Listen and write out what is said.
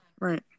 right